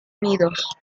unidos